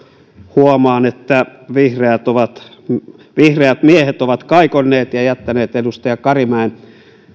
huomaan että vihreät miehet ovat kaikonneet ja jättäneet edustaja karimäen